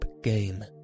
game